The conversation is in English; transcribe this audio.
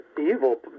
evil